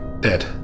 dead